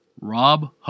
Rob